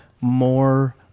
more